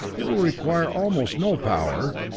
it will require almost no power,